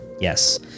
Yes